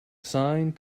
sine